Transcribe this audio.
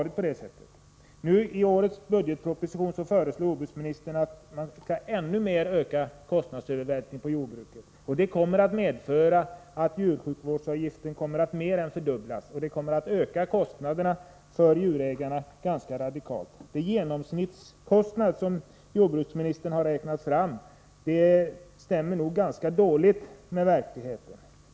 I årets budgetproposition föreslår jordbruksministern att kostnadsövervältringen på jordbruket skall ökas ännu mer. Detta kommer att medföra att djursjukvårdsavgiften mer än fördubblas, vilket ganska radikalt kommer att öka kostnaderna för djurägarna. Den genomsnittskostnad som jordbruksministern har räknat fram stämmer ganska dåligt med verkligheten.